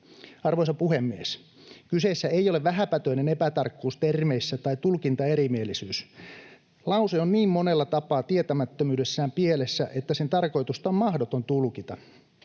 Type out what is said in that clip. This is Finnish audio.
Arvoisa puhemies! Kyseessä ei ole vähäpätöinen epätarkkuus termeissä tai tulkintaerimielisyys. Lause on niin monella tapaa tietämättömyydessään pielessä, että sen tarkoitusta on mahdoton tulkita.